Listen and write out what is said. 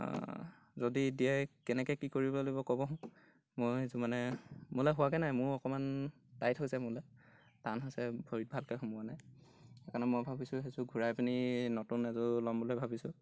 যদি এতিয়াই কেনেকৈ কি কৰিব লাগিব ক'বচোন মই সেইযোৰ মানে মোলৈ হোৱাগৈ নাই মোৰ অকণমান টাইট হৈছে মোলৈ টান হৈছে ভৰিত ভালকৈ সোমোৱা নাই সেইকাৰণে মই ভাবিছোঁ সেইযোৰ ঘূৰাই পিনি নতুন এযোৰ ল'ম বুলি ভাবিছোঁ